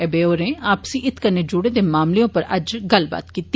इम होरें आपसी हित कन्नै जुड़े दे मामले उप्पर अज्ज गल्लबात कीती